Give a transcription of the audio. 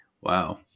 Wow